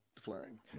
flaring